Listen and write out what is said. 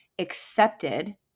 accepted